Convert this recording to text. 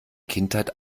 kindheit